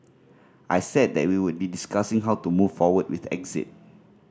I said that we would be discussing how to move forward with exit